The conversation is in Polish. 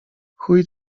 chuj